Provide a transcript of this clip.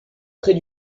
près